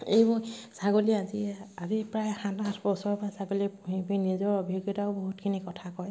এইবোৰ ছাগলী আজি আজি প্ৰায় সাত আঠ বছৰৰ পৰা ছাগলী পুহি পিনে নিজৰ অভিজ্ঞতাও বহুতখিনি কথা কয়